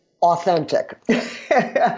Authentic